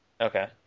Okay